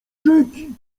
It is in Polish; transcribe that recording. rzeki